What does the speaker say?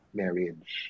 marriage